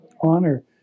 honor